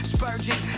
Spurgeon